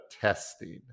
testing